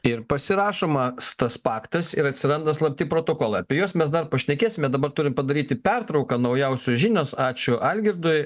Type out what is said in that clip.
ir pasirašomas tas paktas ir atsiranda slapti protokolai apie juos mes dar pašnekėsime dabar turim padaryti pertrauką naujausios žinios ačiū algirdui